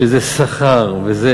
שזה שכר וזה